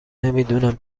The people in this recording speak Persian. نمیدونم